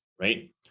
right